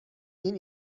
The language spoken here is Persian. این